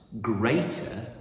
greater